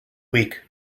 weak